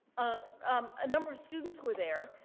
um a number of students were there.